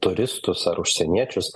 turistus ar užsieniečius